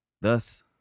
Thus